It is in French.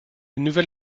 nouvel